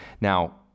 Now